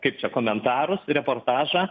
kaip čia komentarus reportažą